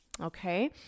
Okay